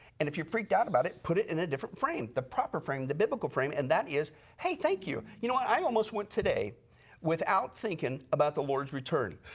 and if you're freaked out about it put it in a different frame. the proper frame, the biblical frame and that is hey, thank you. you know i almost went today without thinking about the lord's return.